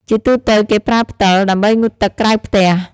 ជាទូទៅគេប្រើផ្តិល ដើម្បីងូតទឹកក្រៅផ្ទះ។